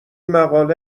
مقاله